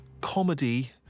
comedy